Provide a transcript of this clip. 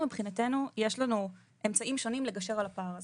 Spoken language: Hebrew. מבחינתנו, יש לנו אמצעים שונים לגשר על הפער הזה.